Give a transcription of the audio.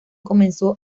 comenzó